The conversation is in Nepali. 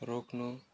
रोक्नु